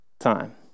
time